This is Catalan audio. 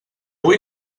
vull